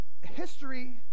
history